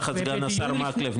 תחת השר מקלב,